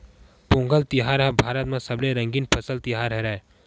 पोंगल तिहार ह भारत म सबले रंगीन फसल तिहार हरय